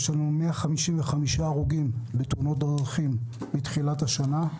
יש 155 הרוגים בתאונות דרכים מתחילת השנה,